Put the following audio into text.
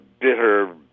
bitter